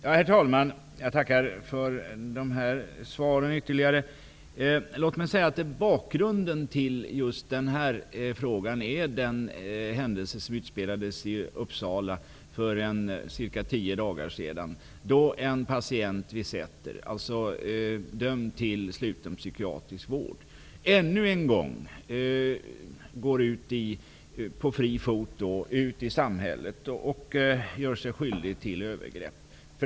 Herr talman! Jag tackar för dessa ytterligare svar. Bakgrunden till just den här frågan är den händelse som utspelades i Uppsala för cirka tio dagar sedan, då en patient vid Säters sjukhus som var dömd till sluten psykiatrisk vård ännu en gång gick ut på fri fot i samhället och gjorde sig skyldig till övergrepp.